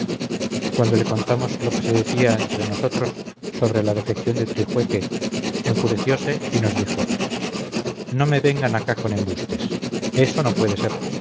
cuando le contamos lo que se decía entre nosotros sobre la defección de trijueque enfureciose y nos dijo no me vengan acá con embustes eso no puede ser